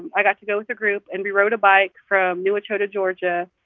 i got to go with the group, and we rode a bike from new echota, ga,